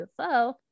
UFO